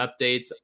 updates